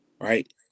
right